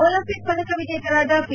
Olympic ಪದಕ ವಿಜೇತರಾದ P